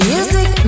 Music